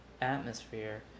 atmosphere